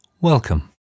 Welcome